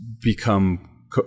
become